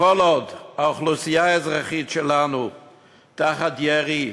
וכל עוד האוכלוסייה האזרחית שלנו תחת ירי,